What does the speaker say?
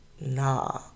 nah